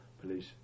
police